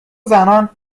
زنان